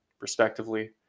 respectively